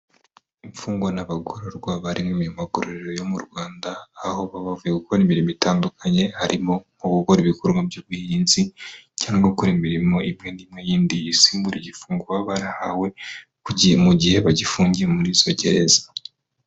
Imfungwa n'abagororwa bari mu magororero yo mu Rwanda, aho baba bavuye gukora imirimo itandukanye, harimo nko gukora ibikorwa by'ubuhinzi, cyangwa gukora imirimo imwe ni imwe yindi isimbura igifungo, baba barahawe mu gihe bagifungiye muri izo gereza.